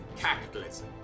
capitalism